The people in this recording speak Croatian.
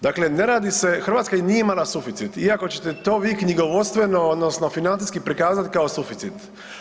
Dakle, ne radi se, Hrvatska i nije imala suficit iako ćete to vi knjigovodstveno odnosno financijski prikazat kao suficit.